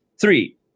Three